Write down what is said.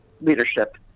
leadership